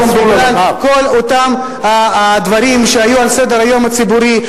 בגלל כל אותם הדברים שהיו על סדר-היום הציבורי,